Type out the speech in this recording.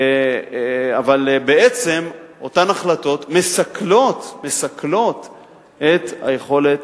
אבל בעצם אותן החלטות מסכלות את היכולת